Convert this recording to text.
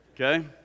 okay